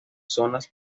zonas